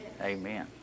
Amen